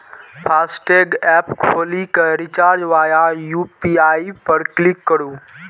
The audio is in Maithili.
फास्टैग एप खोलि कें रिचार्ज वाया यू.पी.आई पर क्लिक करू